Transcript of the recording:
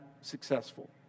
successful